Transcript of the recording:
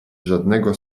żadnego